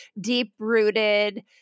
deep-rooted